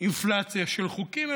אינפלציה של חוקים,